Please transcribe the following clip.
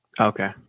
Okay